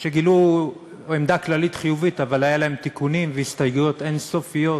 גילו עמדה כללית חיובית אבל היו להם תיקונים והסתייגויות אין-סופיות,